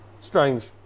Strange